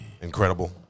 Incredible